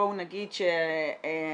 בואו נגיד שאני